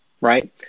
Right